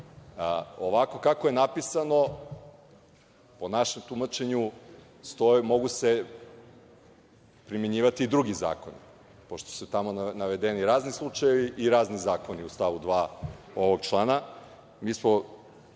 kako je napisano, po našem tumačenju, mogu se primenjivati i drugi zakoni. Pošto su tamo navedeni razni slučajevi i razni zakoni u stavu 2. ovog člana.